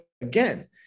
Again